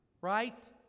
right